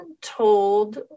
told